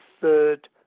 third